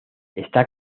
está